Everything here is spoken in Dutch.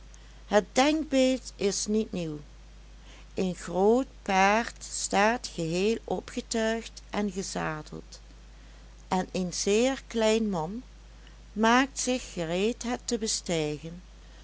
het denkbeeld is niet nieuw een groot paard staat geheel opgetuigd en gezadeld en een zeer klein man maakt zich gereed het te bestijgen